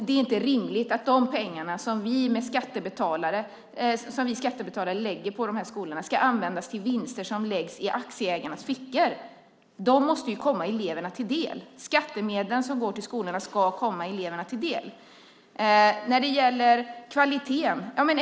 Det är inte rimligt att de pengar som vi skattebetalare lägger på de här skolorna ska användas till vinster som läggs i aktieägarnas fickor. De måste komma eleverna till del. De skattemedel som går till skolorna ska komma eleverna till del. Sedan gäller det kvaliteten.